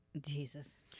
Jesus